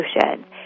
solutions